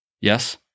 Yes